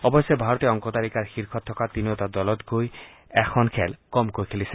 অৱশ্যে ভাৰতে অংক তালিকাৰ শীৰ্ষত থকা তিনিওটা দলতকৈ এখন খেল কমকৈ থেলিছে